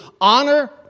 honor